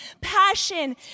passion